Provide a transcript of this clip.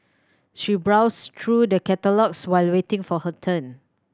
she browsed through the catalogues while waiting for her turn